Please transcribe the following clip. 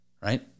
right